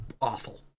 awful